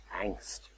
angst